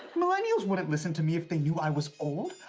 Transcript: millennials wouldn't listen to me if they knew i was old.